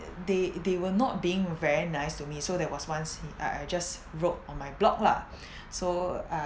they they were not being very nice to me so there was once I I just wrote on my blog lah so